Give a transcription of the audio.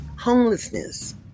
Homelessness